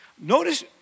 Notice